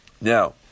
Now